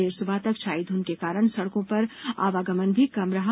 देर सुबह तक छाई धूंध के कारण सडकों पर आवागमन भी कम रहा